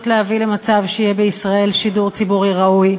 להביא למצב שיהיה בישראל שידור ציבורי ראוי.